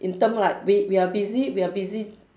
in term like we we're busy we're busy